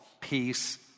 peace